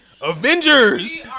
Avengers